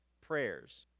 prayers